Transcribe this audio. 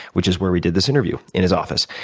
which is where we did this interview in his office.